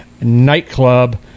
nightclub